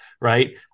Right